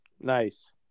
nice